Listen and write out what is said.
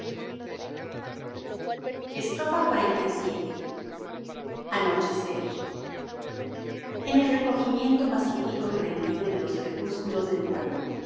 rien i xlvii anochecer en el recogimiento pacífico y rendido de los crepúsculos del pueblo